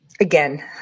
again